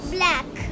Black